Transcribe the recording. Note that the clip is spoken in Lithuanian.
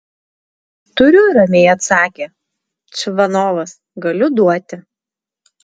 turiu ramiai atsakė čvanovas galiu duoti